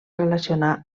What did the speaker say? relacionar